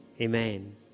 Amen